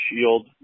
shield